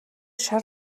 шар